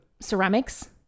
ceramics